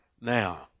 now